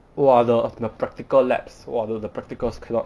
!wah! the my practical laboratory !wah! the practicals cannot